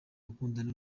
gukundana